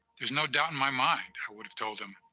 there's no doubt in my mind i would have told him,